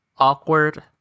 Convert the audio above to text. Awkward